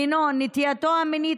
מינו או נטייתו המינית,